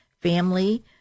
family